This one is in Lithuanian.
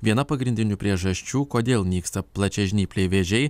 viena pagrindinių priežasčių kodėl nyksta plačiažnypliai vėžiai